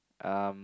um